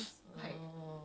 in-law